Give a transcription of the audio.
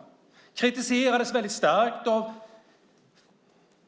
Man kritiserades starkt av